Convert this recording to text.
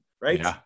right